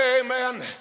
Amen